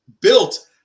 built